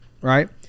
right